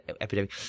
epidemic